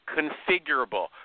Configurable